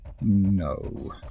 No